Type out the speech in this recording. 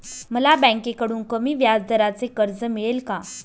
मला बँकेकडून कमी व्याजदराचे कर्ज मिळेल का?